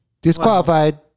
Disqualified